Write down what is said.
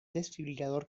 desfibrilador